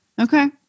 Okay